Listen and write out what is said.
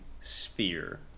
sphere